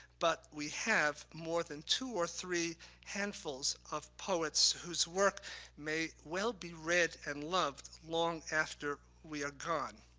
but we have more than two or three handfuls of poets whose work may well be read and loved long after we are gone.